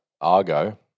Argo